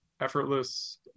effortless